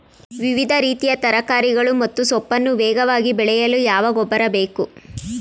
ವಿವಿಧ ರೀತಿಯ ತರಕಾರಿಗಳು ಮತ್ತು ಸೊಪ್ಪನ್ನು ವೇಗವಾಗಿ ಬೆಳೆಯಲು ಯಾವ ಗೊಬ್ಬರ ಬೇಕು?